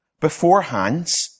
beforehand